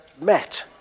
met